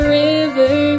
river